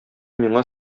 миңа